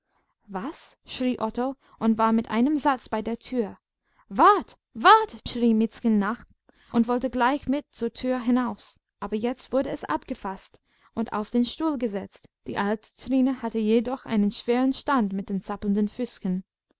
was schrie otto und war mit einem satz bei der tür wart wart schrie miezchen nach und wollte gleich mit zur tür hinaus aber jetzt wurde es abgefaßt und auf den stuhl gesetzt die alte trine hatte jedoch einen schweren stand mit den zappelnden